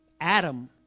Adam